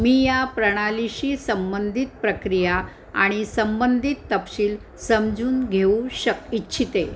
मी या प्रणालीशी संबंधित प्रक्रिया आणि संबंधित तपशील समजून घेऊ शक् इच्छिते